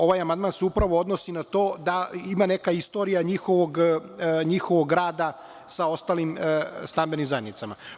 Ovaj amandman se upravo odnosi na to da ima neka istorija njihovog rada sa ostalim stambenim zajednicama.